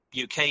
UK